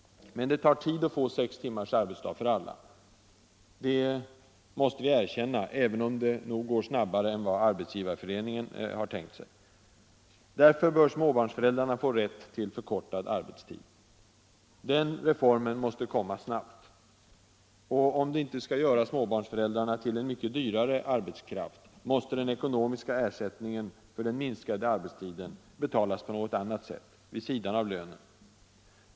Men det tar tid att få sex timmars arbetsdag för alla. Det måste vi erkänna, även om det nog går snabbare än vad Arbetsgivareföreningen har tänkt sig. Därför bör småbarnsföräldrarna få rätt till avkortad arbetstid. Den reformen måste komma snabbt. Och om det inte skall göra småbarnsföräldrarna till en mycket dyrare arbetskraft, måste den ekonomiska ersättningen för den minskade arbetstiden betalas på något annat sätt, vid sidan av lönen.